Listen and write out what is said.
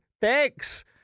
thanks